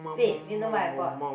babe you know what I bought